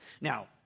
Now